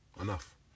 Enough